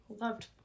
loved